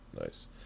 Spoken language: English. Nice